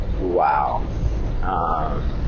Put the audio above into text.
Wow